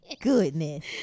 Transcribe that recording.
Goodness